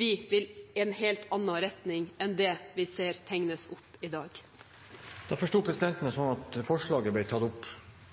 Vi vil i en helt annen retning enn det vi ser tegnes opp i dag. Presidenten forsto det slik at det ble tatt opp